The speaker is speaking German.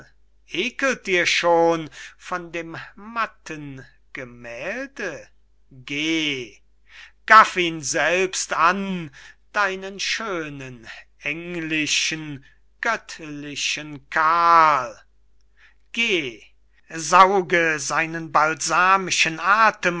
eckelt dir schon vor dem matten gemälde geh gaff ihn selbst an deinen schönen englischen göttlichen karl geh sauge seinen balsamischen athem